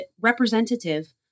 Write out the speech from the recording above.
representative